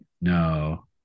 No